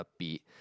upbeat